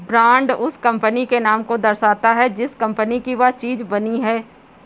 brand उस company के नाम को दर्शाता है जिस कंपनी की वह चीज बनी है